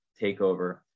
takeover